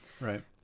right